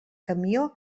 camió